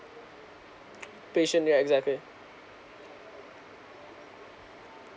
patient yeah exactly